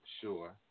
sure